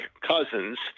Cousins